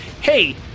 hey